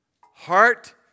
Heart